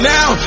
Now